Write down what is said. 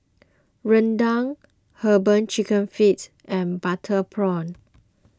Rendang Herbal Chicken Feet and Butter Prawn